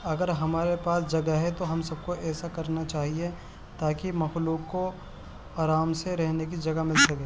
اگر ہمارے پاس جگہ ہے تو ہم سب کو ایسا کرنا چاہیے تاکہ مخلوق کو آرام سے رہنے کی جگہ مل سکے